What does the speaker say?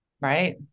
Right